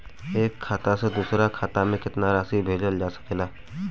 एक खाता से दूसर खाता में केतना राशि भेजल जा सके ला?